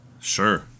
Sure